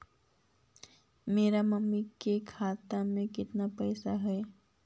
मेरा मामी के खाता में कितना पैसा हेउ?